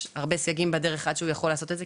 יש הרבה סייגים בדרך עד שהוא יכול לעשות את זה,